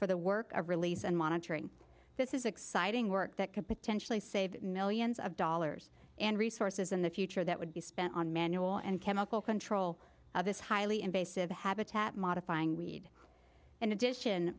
for the work release and monitoring this is exciting work that could potentially save millions of dollars and resources in the future that would be spent on manual and chemical control of this highly invasive habitat modifying weed in addition